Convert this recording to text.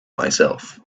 myself